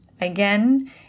again